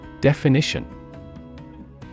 Definition